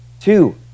Two